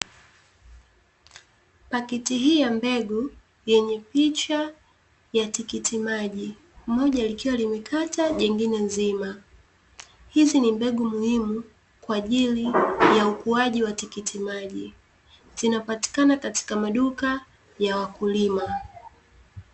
Paketi hii ya mbegu yenye picha ya tikiti maji, moja likiwa limekatwa jengine nzima, hizi ni mbegu muhimu kwa ajili kwa ukuwaji wa tikiti maji zinapatikana katika maduka ya wakulima.